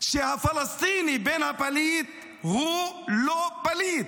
שהפלסטיני בן הפליט הוא לא פליט.